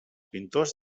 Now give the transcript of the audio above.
pintors